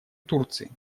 турции